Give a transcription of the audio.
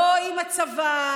לא עם הצבא,